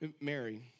Mary